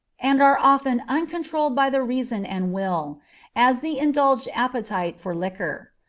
and are often uncontrolled by the reason and will as the indulged appetite for liquor.